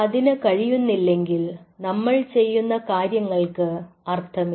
അതിനു കഴിയുന്നില്ലെങ്കിൽ നമ്മൾ ചെയ്യുന്ന കാര്യങ്ങൾക്ക് അർത്ഥമില്ല